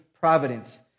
providence